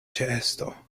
ĉeesto